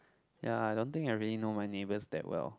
ya I don't think I really know my neighbours that well